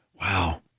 Wow